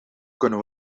kunnen